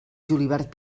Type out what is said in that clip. julivert